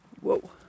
Whoa